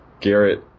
Garrett